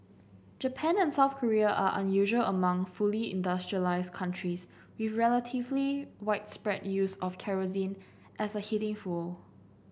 Japan and South Korea are unusual among fully industrialised countries with relatively widespread use of kerosene as a heating fuel